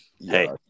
hey